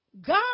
God